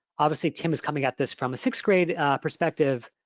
obviously, tim is coming at this from a sixth grade perspective,